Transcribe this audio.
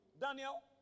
Daniel